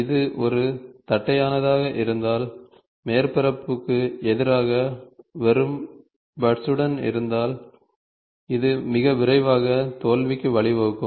இது ஒரு தட்டையானதாக இருந்தால் மேற்பரப்புக்கு எதிராக வெறும் பட்ஸுடன் இருந்தால் இது மிக விரைவாக தோல்விக்கு வழிவகுக்கும்